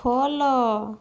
follow